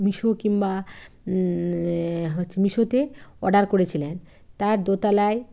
মিশো কিংবা এ হচ্ছে মিশোতে অর্ডার করেছিলেন তার দোতলায়